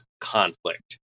conflict